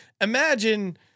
Imagine